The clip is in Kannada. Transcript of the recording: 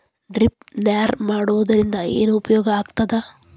ಡ್ರಿಪ್ ನೇರ್ ಬಿಡುವುದರಿಂದ ಏನು ಉಪಯೋಗ ಆಗ್ತದ?